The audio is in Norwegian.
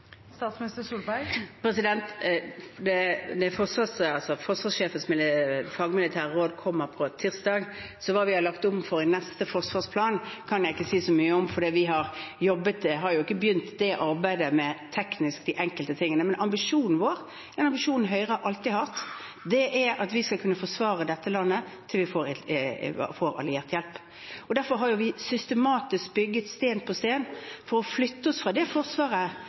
Forsvarssjefens fagmilitære råd kommer på tirsdag, så hva vi har lagt om på i neste forsvarsplan, kan jeg ikke si så mye om, for vi har jo ikke teknisk begynt arbeidet med de enkelte tingene. Men ambisjonen vår og den ambisjonen Høyre alltid har hatt, er at vi skal kunne forsvare dette landet til vi får alliert hjelp. Derfor har vi systematisk bygget sten på sten for å flytte oss fra det forsvaret